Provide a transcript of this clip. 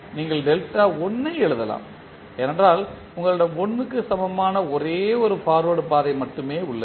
நீங்கள் டெல்டா 1 ஐ எழுதலாம் ஏனென்றால் உங்களிடம் 1 க்கு சமமான ஒரே ஒரு பார்வேர்ட் பாதை மட்டுமே உள்ளது